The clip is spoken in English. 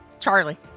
Charlie